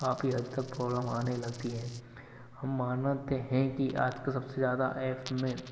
काफी हद तक प्रॉब्लम आने लगती है हम मानाते हैं कि आज तो सबसे ज्यादा एप में